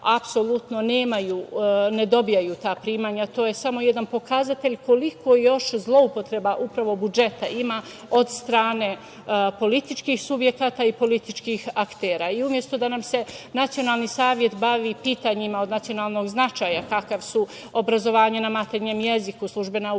apsolutno ne dobijaju ta primanja. To je samo jedan pokazatelj koliko još zloupotreba upravo budžeta ima od strane političkih subjekata i političkih aktera. Umesto da nam se nacionalni savet bavi pitanjima od nacionalnog značaja, kakav su obrazovanje na maternjem jeziku, službena upotreba